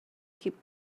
keep